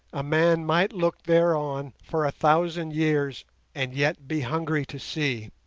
a man might look thereon for a thousand years and yet be hungry to see